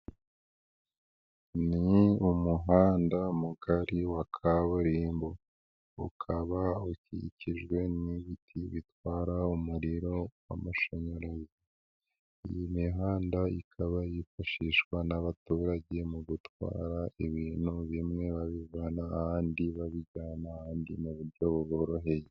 Ni umuhanda mugari wa kaburimbo ukaba ukikijwe n'ibiti bitwara umuriro w'amashanyarazi, iyi mihanda ikaba yifashishwa n'abaturage mu gutwara ibintu bimwe babivana ahandi babijyana ahandi mu buryo buboroheye.